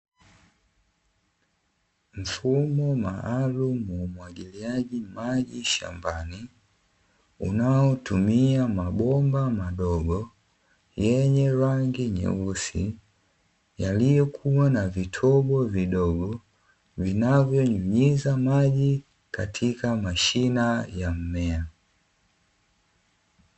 Mfumo maalumu wa umwagiliaji shambani, unaotumia mabomba madogo yenye rangi nyeusi, yaliyokuwa na vitobo vidogo, vinavyonyunyiza maji katika mashina ya mmea.